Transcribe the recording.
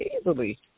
easily